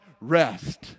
rest